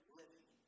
living